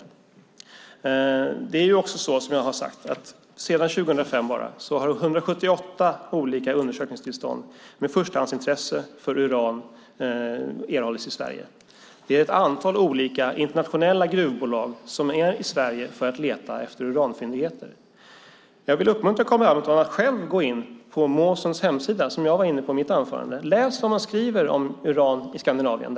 Sedan 2005 har, som jag sade tidigare, 178 undersökningstillstånd med förstahandsintresse för uran erhållits i Sverige. Ett antal internationella gruvbolag är i Sverige för att leta efter uranfyndigheter. Jag vill uppmana Carl B Hamilton att gå in på Mawsons hemsida, som jag tog upp i mitt anförande, och läsa vad man där skriver om uran i Skandinavien.